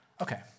Okay